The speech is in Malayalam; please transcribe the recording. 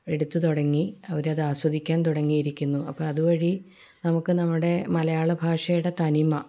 എടുത്തു തുടങ്ങി അവരത് ആസ്വദിക്കാൻ തുടങ്ങിയിരിക്കുന്നു അപ്പോൾ അതു വഴി നമുക്ക് നമ്മുടെ മലയാള ഭാഷയുടെ തനിമ